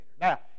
Now